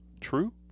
true